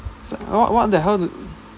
so what what the hell